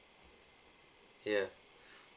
ya